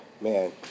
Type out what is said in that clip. Man